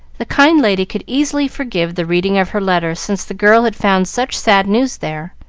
the kind lady could easily forgive the reading of her letter since the girl had found such sad news there,